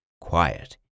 quiet